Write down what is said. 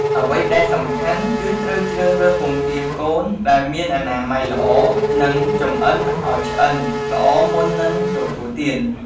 អ្វីដែលសំខាន់ គឺត្រូវជ្រើសរើសពងទាកូនដែលមានអនាម័យល្អ និងចម្អិនឱ្យឆ្អិនល្អមុននឹងទទួលទាន។